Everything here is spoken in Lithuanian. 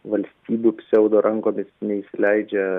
valstybių pseudo rankomis neįsileidžia